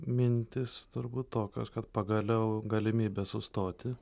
mintys turbūt tokios kad pagaliau galimybė sustoti